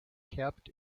kept